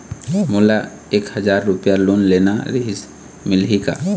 मोला एक हजार रुपया लोन लेना रीहिस, मिलही का?